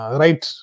right